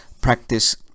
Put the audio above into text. practice